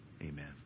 Amen